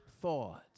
thoughts